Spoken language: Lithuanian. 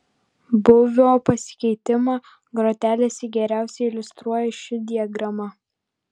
būvio pasikeitimą grotelėse geriausiai iliustruoja ši diagrama